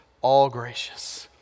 all-gracious